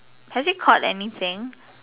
has he caught anything